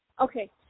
Okay